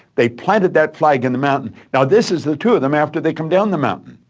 they planted that flag in the mountain. now, this is the two of them, after they'd come down the mountain.